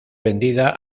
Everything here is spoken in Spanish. vendida